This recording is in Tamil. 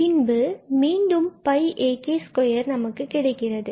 பின்பு மீண்டும் ak2 நமக்கு கிடைக்கிறது